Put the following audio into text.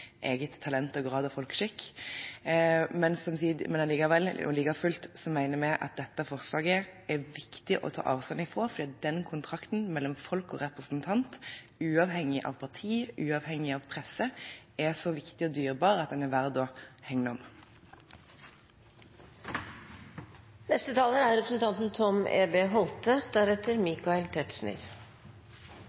eget talent og grad av folkeskikk. Like fullt mener vi at dette forslaget er det viktig å ta avstand fra fordi denne kontrakten mellom folk og representant, uavhengig av parti, uavhengig av presse, er så viktig og dyrebar at den er verdt å hegne om. La meg starte med det Grunnloven en gang for alle slår fast. Det heter at stortingsvervet er